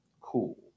Cool